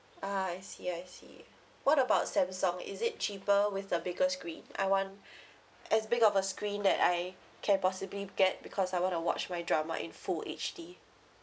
ah I see I see what about samsung is it cheaper with the bigger screen I want as big of a screen that I can possibly get because I wanna watch my drama in full H_D